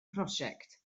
prosiect